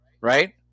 Right